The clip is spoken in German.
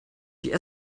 die